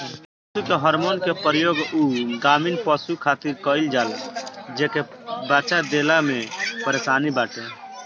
पशु के हार्मोन के प्रयोग उ गाभिन पशु खातिर कईल जाला जेके बच्चा देला में परेशानी बाटे